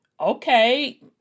okay